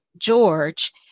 George